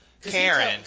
Karen